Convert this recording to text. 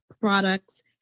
products